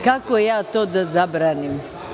Kako ja to da zabranim?